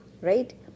Right